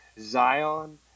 Zion